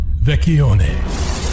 Vecchione